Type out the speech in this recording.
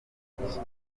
bamporiki